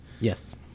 Yes